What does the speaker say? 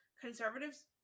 conservatives